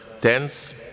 tense